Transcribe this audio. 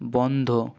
বন্ধ